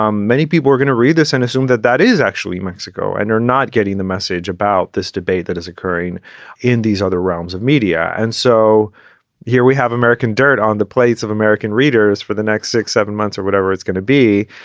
um many people were gonna read this and assume that that is actually mexico. and you're not getting the message about this debate that is occurring in these other realms of media. and so here we have american dirt on the plates of american readers for the next six, seven months or whatever it's going to be.